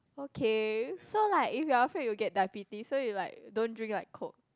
okay so like if you're afraid you will get diabetes so you like don't drink like coke